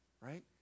right